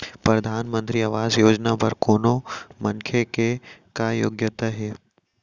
परधानमंतरी आवास योजना बर कोनो मनखे के का योग्यता हे?